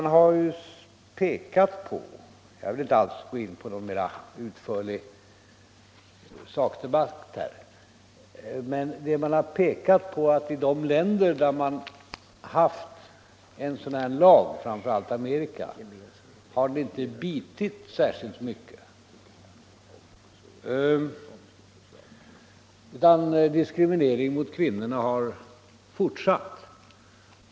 Jag vill inte alls gå in på någon mera utförlig sakdiskussion, men jag vill ändå framhålla att man pekat på att i de länder där en lagstiftning funnits, och det är framför allt USA, har denna inte bitit särskilt väl, utan diskrimineringen av kvinnorna har fortsatt.